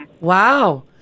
Wow